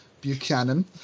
Buchanan